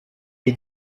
est